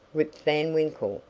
rip van winkle,